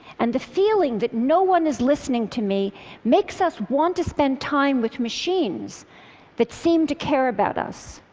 and the feeling that no one is listening to me make so us want to spend time with machines that seem to care about us.